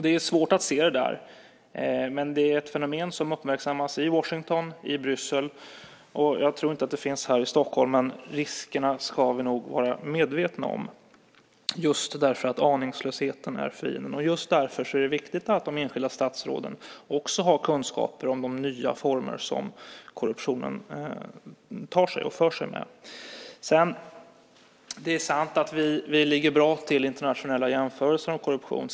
Det är svårt att se detta, men det är ett fenomen som uppmärksammas i Washington och i Bryssel. Jag tror inte att det finns här i Stockholm, men vi ska nog vara medvetna om riskerna just därför att aningslösheten kan innebära en risk. Just därför är det viktigt att de enskilda statsråden också har kunskaper om korruptionens nya former. Det är sant att vi ligger bra till i internationella jämförelser om korruption.